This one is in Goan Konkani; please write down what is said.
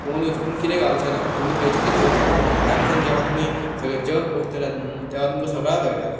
फोन यूज करून कितें गावचे ना तुमी थंय थच उरतलें म्हण भायर सून जेवा तुमी सगळे जग भोंवतले न्हूव तेवा तुमकां सगळच कळटा